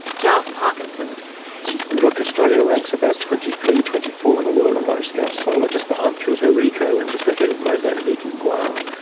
giles parkinson look, australia ranks about twenty three, twenty four in the world on large-scale solar, just behind puerto rico and just ahead of mozambique and guam.